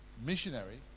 missionary